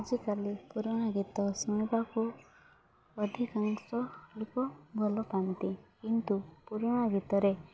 ଆଜିକାଲି ପୁରୁଣା ଗୀତ ଶୁଣିବାକୁ ଅଧିକାଂଶ ଲୋକ ଭଲ ପାଆନ୍ତି କିନ୍ତୁ ପୁରୁଣା ଗୀତରେ